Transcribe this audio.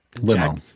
Limo